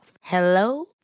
Hello